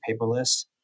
paperless